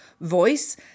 voice